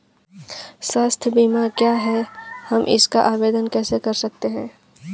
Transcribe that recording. स्वास्थ्य बीमा क्या है हम इसका आवेदन कैसे कर सकते हैं?